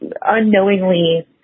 unknowingly